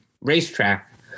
racetrack